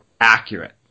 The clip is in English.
accurate